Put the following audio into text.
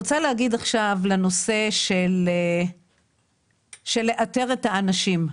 עכשיו על הנושא של איתור האנשים.